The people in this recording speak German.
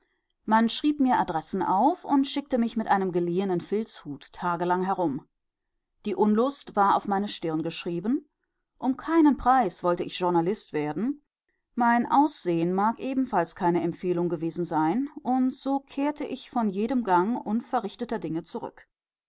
man schrieb mir adressen auf und schickte mich mit einem geliehenen filzhut tagelang herum die unlust war auf meine stirn geschrieben um keinen preis wollte ich journalist werden mein aussehen mag ebenfalls keine empfehlung gewesen sein und so kehrte ich von jedem gang unverrichteter dinge zurück